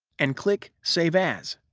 and click save as.